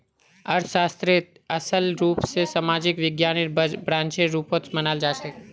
अर्थशास्त्रक असल रूप स सामाजिक विज्ञानेर ब्रांचेर रुपत मनाल जाछेक